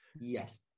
Yes